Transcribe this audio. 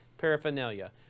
paraphernalia